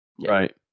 Right